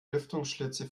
lüftungsschlitze